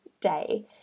day